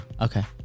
Okay